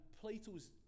Plato's